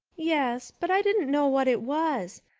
yes, but i didn't know what it was.